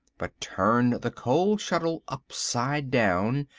but turned the coal-scuttle upside down,